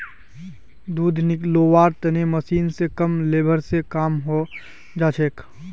दूध निकलौव्वार मशीन स कम लेबर ने काम हैं जाछेक